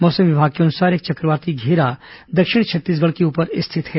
मौसम विभाग के अनुसार एक चक्रवाती धेरा दक्षिण छत्तीसगढ़ के ऊपर स्थित है